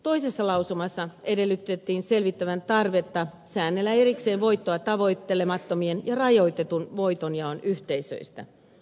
toisessa lausumassa edellytettiin selvitettävän tarvetta säännellä erikseen voittoa tavoittelemattomien ja rajoitetun voitonjaon yhteisöistä